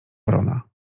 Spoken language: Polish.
wrona